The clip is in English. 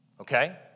okay